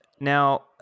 now